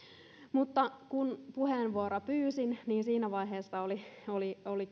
mutta kun puheenvuoroa pyysin niin siinä vaiheessa oli oli